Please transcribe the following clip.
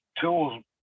tools